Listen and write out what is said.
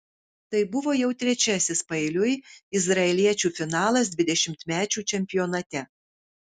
tai buvo jau trečiasis paeiliui izraeliečių finalas dvidešimtmečių čempionate